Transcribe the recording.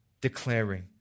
declaring